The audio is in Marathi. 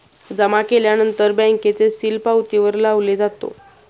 जमा केल्यानंतर बँकेचे सील पावतीवर लावले जातो